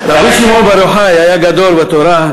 רבי שמעון בר יוחאי היה גדול בתורה,